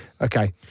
Okay